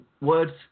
words